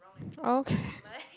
okay